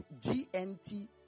gnt